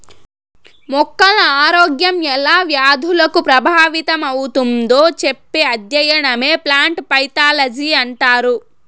మొక్కల ఆరోగ్యం ఎలా వ్యాధులకు ప్రభావితమవుతుందో చెప్పే అధ్యయనమే ప్లాంట్ పైతాలజీ అంటారు